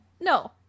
no